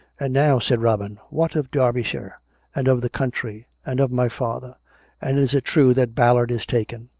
and now said robin, what of derbyshire and of the country and of my father and is it true that bal lard is taken?